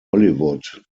hollywood